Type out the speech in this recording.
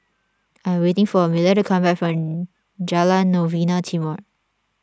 I am waiting for Amalia to come back from Jalan Novena Timor